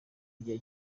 igihe